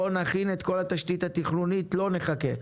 בואו נכין את כל התשתית התכנונית ולא נחכה.